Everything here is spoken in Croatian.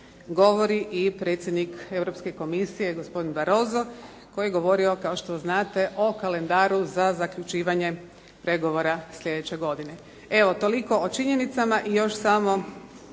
govori i predsjednik Europske komisije gospodin Baroso koji je govorio kao što znate o kalendaru za zaključivanje pregovora sljedeće godine. Evo, toliko o činjenicama i još samo